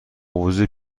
وجود